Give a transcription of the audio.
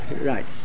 right